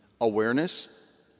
Awareness